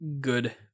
good